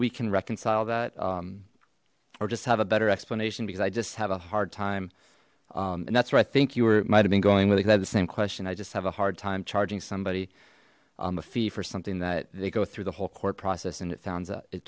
we can reconcile that or just have a better explanation because i just have a hard time and that's where i think you were might have been going with a glad the same question i just have a hard time charging somebody a fee for something that they go through the whole court process and it sounds